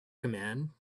command